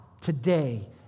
today